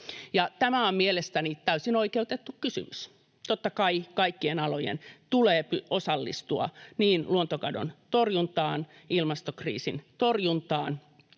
Tämä on mielestäni täysin oikeutettu kysymys. Totta kai kaikkien alojen tulee osallistua niin luontokadon torjuntaan, ilmastokriisin torjuntaan